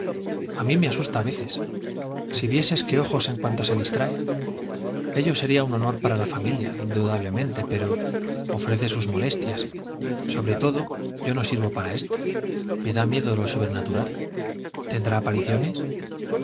a mí me asusta a veces si vieses qué ojos en cuanto se distrae ello sería un honor para la familia indudablemente pero ofrece sus molestias sobre todo yo no sirvo para esto me da miedo lo sobrenatural tendrá apariciones